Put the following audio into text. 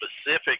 specific